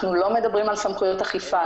אנחנו לא מדברים על סמכויות אכיפה,